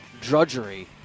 drudgery